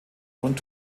und